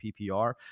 PPR